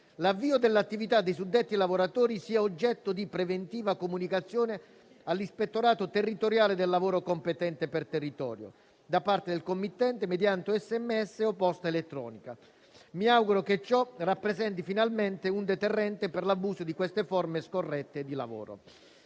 l'avvio dell'attività dei suddetti lavoratori sia oggetto di preventiva comunicazione all'Ispettorato territoriale del lavoro, competente per territorio, da parte del committente, mediante sms o posta elettronica. Mi auguro che ciò rappresenti finalmente un deterrente per l'abuso di queste forme scorrette di "lavoro".